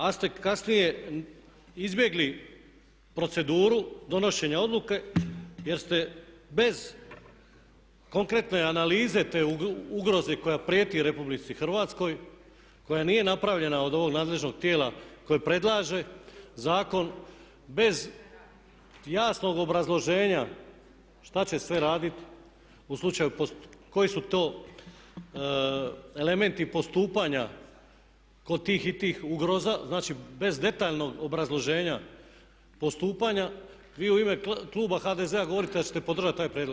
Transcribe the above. Ali ste kasnije izbjegli proceduru donošenja odluke jer ste bez konkretne analize te ugroze koja prijeti RH koja nije napravljena od ovog nadležnog tijela koje predlaže zakon bez jasnog obrazloženja što će sve raditi u slučaju i koji su to elementi postupanja kod tih i tih ugroza, znači bez detaljnog obrazloženja postupanja vi u ime kluba HDZ-a govorite da ćete podržati taj prijedlog.